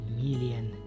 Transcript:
million